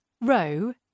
row